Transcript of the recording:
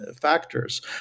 factors